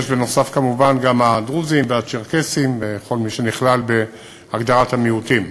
יש בנוסף גם הדרוזים והצ'רקסים וכל מי שנכלל בהגדרת המיעוטים.